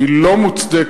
היא לא מוצדקת,